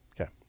Okay